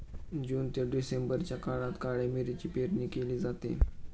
जून ते डिसेंबरच्या काळात काळ्या मिरीची पेरणी केली जाते